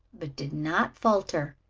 but did not falter,